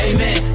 Amen